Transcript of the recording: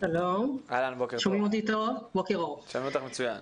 בוקר טוב.